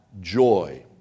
joy